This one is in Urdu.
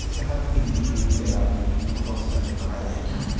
صحت کے لیے تیراکی بہت سارے فوائد